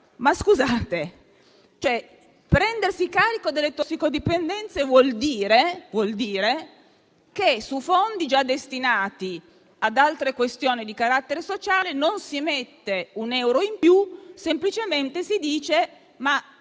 Scusate: prendersi carico delle tossicodipendenze vuol dire che su fondi già destinati ad altre questioni di carattere sociale non si stanzia un euro in più, ma semplicemente si prevede